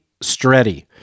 Stretti